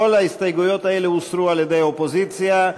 כל ההסתייגויות האלה הוסרו על-ידי האופוזיציה.